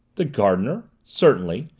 the gardener? certainly,